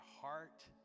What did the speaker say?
heart